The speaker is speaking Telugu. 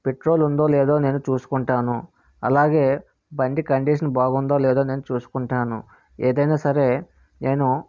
పెట్రోల్ ఉందో లేదో నేను చూసుకుంటాను అలాగే బండి కండిషన్ బాగుందో లేదో అని చూసుకుంటాను ఏదైన్నా సరే నేను